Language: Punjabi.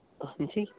ਹਾਂਜੀ